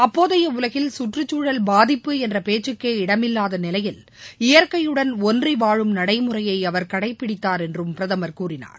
அப்போதைய உலகில் சுற்றுச்சூழல் பாதிப்பு என்ற பேச்சுக்கே இடமில்லாத நிலையில் இயற்கையுடன் ஒன்றி வாழும் நடைமுறையை அவர் கடைபிடித்தார் என்றும் பிரதமர் கூறினார்